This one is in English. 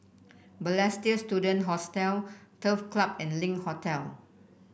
Balestier Student Hostel Turf Club and Link Hotel